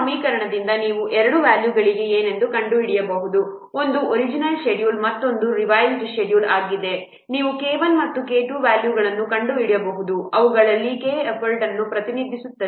ಈ ಸಮೀಕರಣದಿಂದ ನೀವು ಎರಡು ವ್ಯಾಲ್ಯೂಗಳಿಗೆ ಏನೆಂದು ಕಂಡುಹಿಡಿಯಬಹುದು ಒಂದು ಒರಿಜಿನಲ್ ಷೆಡ್ಯೂಲ್ ಮತ್ತೊಂದು ರಿವೈಸ್ಡ್ ಷೆಡ್ಯೂಲ್ ಆಗಿದೆ ನೀವು K1 ಮತ್ತು K 2 ವ್ಯಾಲ್ಯೂಗಳನ್ನು ಕಂಡುಹಿಡಿಯಬಹುದು ಅವುಗಳಲ್ಲಿ K ಎಫರ್ಟ್ ಅನ್ನು ಪ್ರತಿನಿಧಿಸುತ್ತದೆ